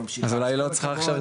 אז אולי היא לא צריכה עכשיו.